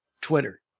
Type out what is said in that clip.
Twitter